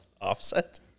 Offset